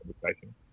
conversation